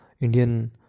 Indian